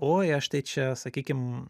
oi aš tai čia sakykim